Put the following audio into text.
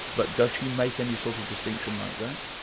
but does she make any sort of distinction like that?